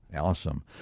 Awesome